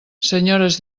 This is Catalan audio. senyores